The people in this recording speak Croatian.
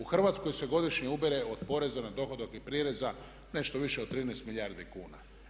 U Hrvatskoj se godišnje ubere od poreza na dohodak i prireza nešto više od 13 milijardi kuna.